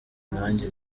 nanjye